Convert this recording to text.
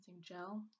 gel